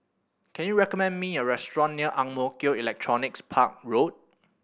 can you recommend me a restaurant near Ang Mo Kio Electronics Park Road